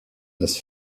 das